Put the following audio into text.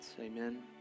Amen